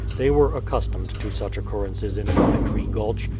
they were accustomed to such occurrences in pine tree gulch,